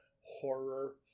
horror